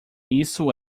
isso